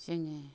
जोङो